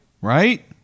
right